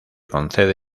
concede